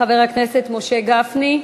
חבר הכנסת משה גפני,